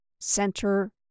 center